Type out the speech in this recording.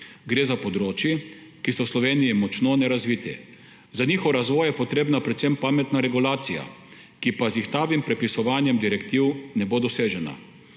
Gre za področji, ki sta v Sloveniji močno nerazviti. Za njun razvoj je potrebna predvsem pametna regulacija, ki pa z ihtavim prepisovanjem direktiv ne bo dosežena.